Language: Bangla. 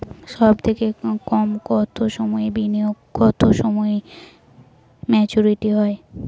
সবথেকে কম কতো সময়ের বিনিয়োগে কতো সময়ে মেচুরিটি হয়?